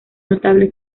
notable